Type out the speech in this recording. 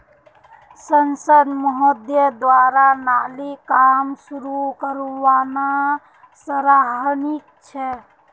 सांसद महोदय द्वारा नालीर काम शुरू करवाना सराहनीय छ